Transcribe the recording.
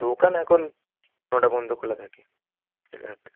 দোকান এখন নটা পর্যন্ত খোলা থাকে রাত